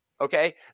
Okay